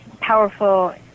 powerful